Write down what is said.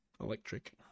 Electric